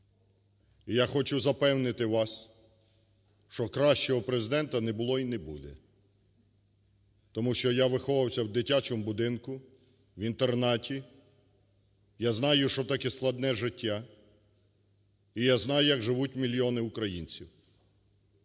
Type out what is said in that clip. І я хочу запевнити вас, що кращого президента не було і не буде. Тому що я виховувався в дитячому будинку, в інтернаті, я знаю, що таке складне життя, і я знаю, як живуть мільйони українців.